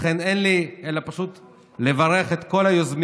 לכן אין לי אלא פשוט לברך את כל היוזמים,